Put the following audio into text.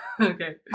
okay